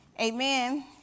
Amen